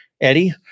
Eddie